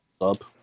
up